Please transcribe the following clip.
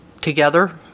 together